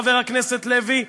חבר הכנסת לוי,